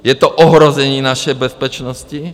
Je to ohrožení naší bezpečnosti.